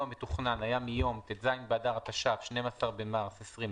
המתוכנן היה מיום ט"ז באדר התש"ף (12 במרס 2020)